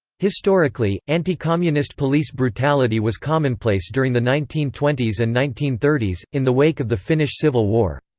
historically, anti-communist police brutality was commonplace during the nineteen twenty s and nineteen thirty s in the wake of the finnish civil war.